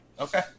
Okay